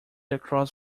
across